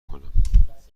کنم